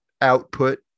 output